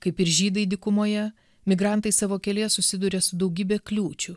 kaip ir žydai dykumoje migrantai savo kelyje susiduria su daugybe kliūčių